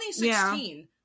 2016